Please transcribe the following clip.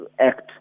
act